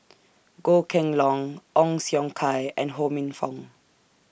Goh Kheng Long Ong Siong Kai and Ho Minfong